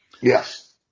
Yes